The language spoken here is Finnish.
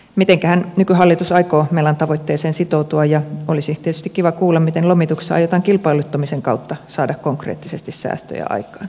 mitenkähän nykyhallitus aikoo melan tavoitteeseen sitoutua ja olisi tietysti kiva kuulla miten lomituksessa aiotaan kilpailuttamisen kautta saada konkreettisesti säästöjä aikaan